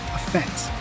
effects